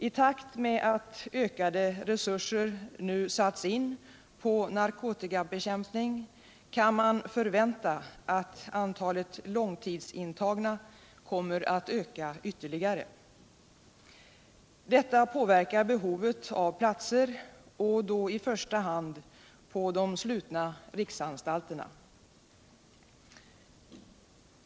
I takt med att ökade resurser nu satts in på narkotikabekämpning kan man förvänta att antalet långtidsintagna kommer att öka ytterligare. Detta påverkar behovet av platser, i första hand på de slutna riksanstalterna.